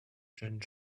jeunes